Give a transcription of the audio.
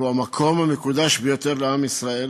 שהוא המקום המקודש ביותר לעם ישראל